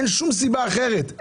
אין שום סיבה אחרת.